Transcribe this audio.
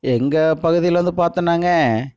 எங்கள் பகுதியில் வந்து பார்த்தோம்னாங்க